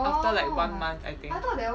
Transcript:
after like one month I think